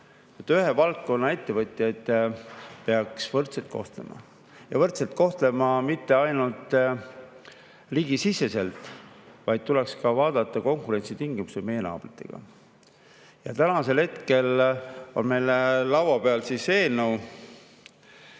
ühe valdkonna ettevõtjaid peaks võrdselt kohtlema. Ja võrdselt kohtlema mitte ainult riigisiseselt, vaid tuleks ka vaadata konkurentsitingimusi meie naabritega [võrreldes]. Hetkel on meil laua peal eelnõu,